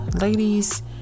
ladies